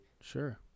Sure